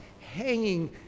hanging